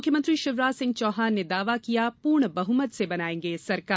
मुख्यमंत्री शिवराज सिंह चौहान ने दावा किया पूर्ण बहमत से बनायेंगे सरकार